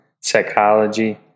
psychology